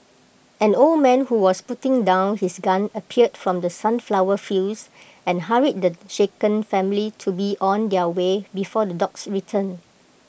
an old man who was putting down his gun appeared from the sunflower fields and hurried the shaken family to be on their way before the dogs return